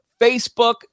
Facebook